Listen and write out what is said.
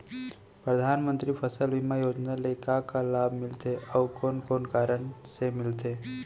परधानमंतरी फसल बीमा योजना ले का का लाभ मिलथे अऊ कोन कोन कारण से मिलथे?